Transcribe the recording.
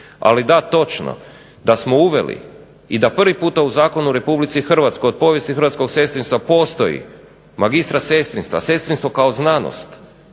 Ali da točno da smo uveli i da prvi puta u Zakonu o Republici Hrvatskoj od povijesti hrvatskog sestrinstva postoji magistra sestrinstva, sestrinstvo kao znanost,